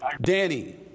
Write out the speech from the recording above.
Danny